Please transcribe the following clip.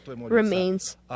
remains